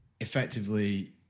effectively